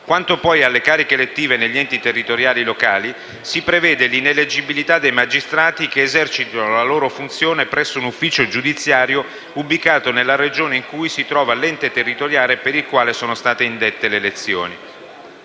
Quanto, poi, alle cariche elettive negli enti territoriali locali, si prevede l'ineleggibilità dei magistrati che esercitano le loro funzioni presso un ufficio giudiziario ubicato nella Regione in cui si trova l'ente territoriale per il quale sono state indette le elezioni,